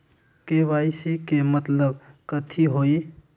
KYC के मतलब कथी होई?